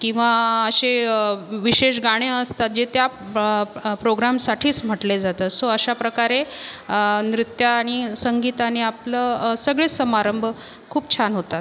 किंवा असे वि विशेष गाणे असतात जे त्या प प्रोग्रामसाठीच म्हटले जातात सो अशा प्रकारे नृत्य आनि संगीताने आपलं सगळेच समारंभ खूप छान होतात